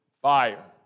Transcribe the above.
fire